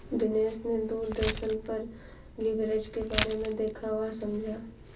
दिनेश ने दूरदर्शन पर लिवरेज के बारे में देखा वह समझा